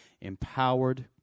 empowered